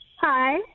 Hi